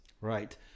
Right